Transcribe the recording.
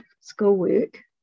schoolwork